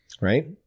Right